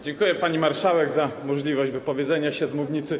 Dziękuję, pani marszałek, za możliwość wypowiedzenia się z mównicy.